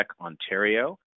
Ontario